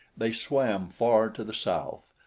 they swam far to the south,